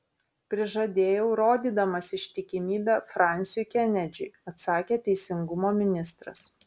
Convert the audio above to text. prižadėjau rodydamas ištikimybę fransiui kenedžiui atsakė teisingumo ministras